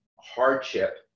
hardship